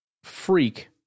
Freak